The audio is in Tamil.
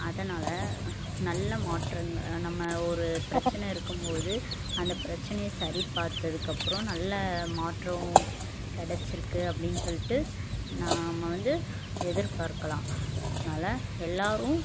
அதனால் நல்ல மாற்றங்கள் நம்ம ஒரு பிரச்சின இருக்கும் போது அந்த பிரச்சினைய சரி பார்த்ததுகப்றோம் நல்ல மாற்றம் கிடச்சிருக்கு அப்படினு சொல்லிட்டு நாம் வந்து எதிர்பார்க்கலாம் அதனால் எல்லாேரும்